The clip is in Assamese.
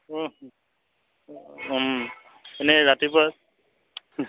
অঁ এনেই ৰাতিপুৱা